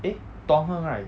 eh tong heng right